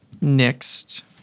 Next